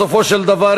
בסופו של דבר,